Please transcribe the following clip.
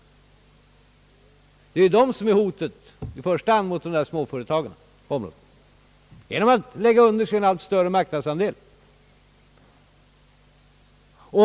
Det är de som utgör hotet i första hand mot dessa småföretag på området genom att de lägger under sig en allt större andel av marknaden.